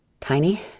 Tiny